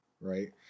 Right